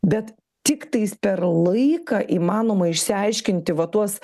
bet tiktais per laiką įmanoma išsiaiškinti va tuos